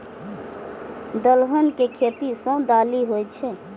दलहन के खेती सं दालि होइ छै